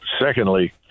secondly